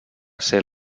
ser